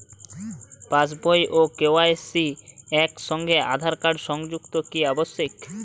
পাশ বই ও কে.ওয়াই.সি একই সঙ্গে আঁধার কার্ড সংযুক্ত কি আবশিক?